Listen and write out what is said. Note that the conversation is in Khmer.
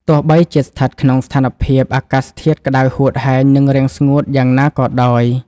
ទោះបីជាស្ថិតក្នុងស្ថានភាពអាកាសធាតុក្ដៅហួតហែង និងរាំងស្ងួតយ៉ាងណាក៏ដោយ។